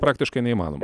praktiškai neįmanoma